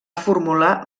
formular